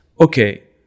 okay